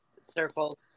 circle